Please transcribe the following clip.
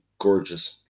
gorgeous